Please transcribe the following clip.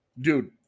Dude